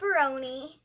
pepperoni